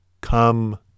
come